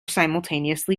simultaneously